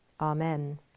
Amen